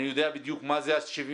אני יודע בדיוק מה זה ה-90%,